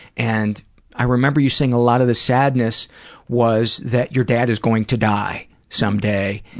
and i remember you saying a lot of the sadness was that your dad is going to die someday,